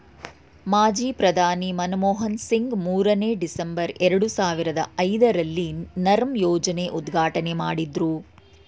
ಮಾಜಿ ಪ್ರಧಾನಿ ಮನಮೋಹನ್ ಸಿಂಗ್ ಮೂರನೇ, ಡಿಸೆಂಬರ್, ಎರಡು ಸಾವಿರದ ಐದರಲ್ಲಿ ನರ್ಮ್ ಯೋಜನೆ ಉದ್ಘಾಟನೆ ಮಾಡಿದ್ರು